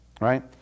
Right